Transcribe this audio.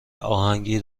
اهنگی